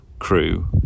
Crew